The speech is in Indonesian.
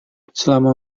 selama